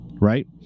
Right